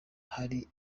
hari